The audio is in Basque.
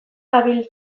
dabil